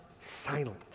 silent